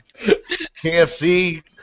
KFC